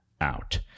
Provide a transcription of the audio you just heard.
out